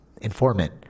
informant